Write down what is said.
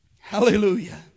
hallelujah